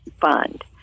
fund